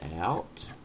out